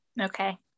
Okay